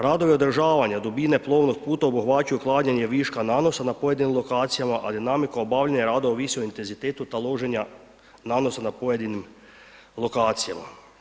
Radovi održavanja dubine plovnog puta obuhvaćaju otklanjanje viška nanosa na pojedinim lokacijama, ali nami kao obavljanje radova ovisi o intenzitetu taloženja nanosa na pojedinim lokacijama.